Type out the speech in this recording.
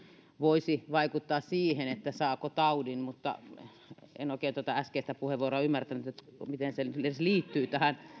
voisi vaikuttaa siihen saako taudin en tuota äskeistä puheenvuoroa ymmärtänyt miten se edes yleensä liittyy tähän